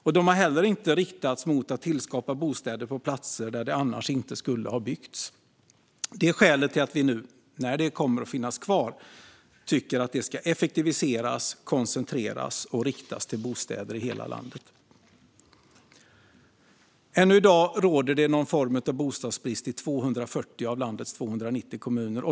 Stöden har heller inte riktats mot att tillskapa bostäder på platser där det annars inte skulle ha byggts. Detta är skälet till att vi nu när stödet kommer att finnas kvar tycker att det ska effektiviseras, koncentreras och riktas till bostäder i hela landet. Ännu i dag råder det någon form av bostadsbrist i 240 av landets 290 kommuner.